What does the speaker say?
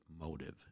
motive